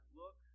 look